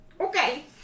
Okay